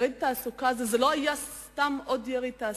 זה לא היה סתם עוד יריד תעסוקה.